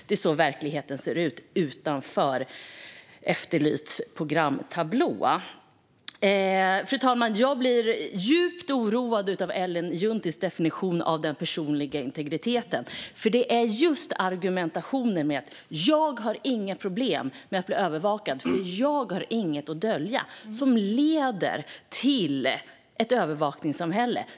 Så ser verkligheten ut, utanför Efterlyst och tv-tablån. Fru talman! Jag blir djupt oroad av Ellen Junttis definition av personlig integritet. Det är just argumentationen att "jag har inga problem med att bli övervakad, för jag har inget att dölja" som leder till att ett övervakningssamhälle skapas.